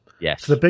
Yes